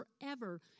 forever